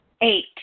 Eight